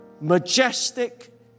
majestic